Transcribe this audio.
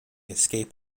escape